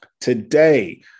Today